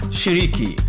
shiriki